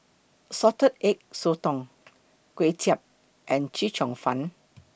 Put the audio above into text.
Salted Egg Sotong Kway Chap and Chee Cheong Fun